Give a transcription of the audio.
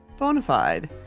Bonafide